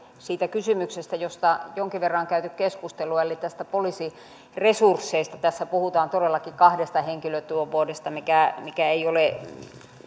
siitä kysymyksestä josta jonkin verran on käyty keskustelua eli poliisiresursseista tässä puhutaan todellakin kahdesta henkilötyövuodesta mikä mikä ei ole